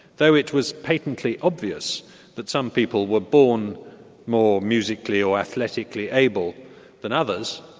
though it was patently obvious that some people were born more musically or athletically able than others,